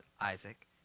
Isaac